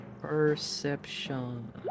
Perception